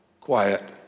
quiet